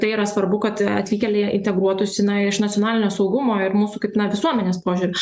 tai yra svarbu kad atvykėliai integruotųsi na iš nacionalinio saugumo ir mūsų kaip na visuomenės požiūriu